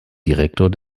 direktor